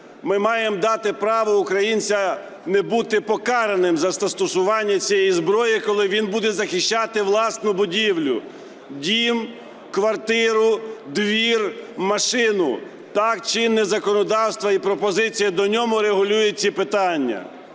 ми маємо дати право українцю не бути покараним за застосування цієї зброї, коли він буде захищати власну будівлю, дім, квартиру, двір, машину. Так, чинне законодавство і пропозиції до нього регулюють ці питання.